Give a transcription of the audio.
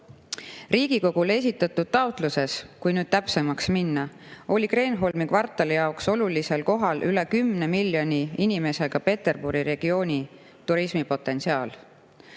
Riigikogule esitatud taotluses, kui nüüd täpsemaks minna, oli Kreenholmi kvartali jaoks olulisel kohal üle 10 miljoni inimesega Peterburi regiooni turismipotentsiaal.